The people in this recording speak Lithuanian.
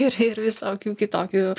ir ir visokių kitokių